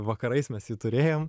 vakarais mes jį turėjom